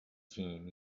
team